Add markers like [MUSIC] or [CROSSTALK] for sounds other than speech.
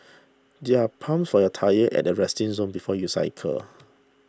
there are pumps for your tyres at the resting zone before you cycle [NOISE]